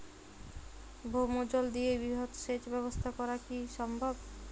ভৌমজল দিয়ে বৃহৎ সেচ ব্যবস্থা করা কি সম্ভব?